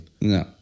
No